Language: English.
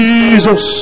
Jesus